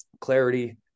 clarity